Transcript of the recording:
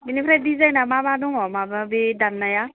बिनिफ्राय डिजाइना मा मा दङो माबा बि दाननाया